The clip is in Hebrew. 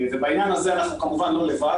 בדבר הזה אנחנו כמובן לא לבד,